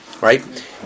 right